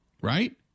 Right